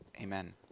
Amen